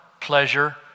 pleasure